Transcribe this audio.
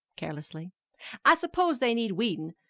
carelessly i s'pose they need weedin'.